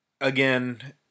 Again